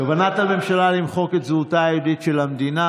כוונת הממשלה למחוק את זהותה היהודית של המדינה,